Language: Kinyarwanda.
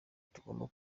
tugomba